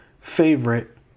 favorite